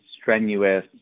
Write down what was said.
strenuous